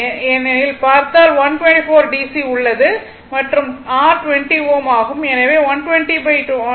ஏனெனில் பார்த்தால் 124 டிசி உள்ளது மற்றும் r R 20 ஓம் ஆகும்